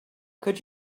could